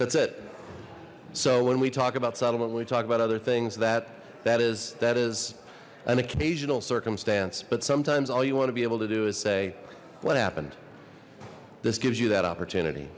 that's it so when we talk about settlement we talk about other things that that is that is an occasional circumstance but sometimes all you want to be able to do is say what happened this gives you that opportunity